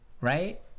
right